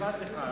זאב.